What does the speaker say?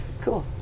cool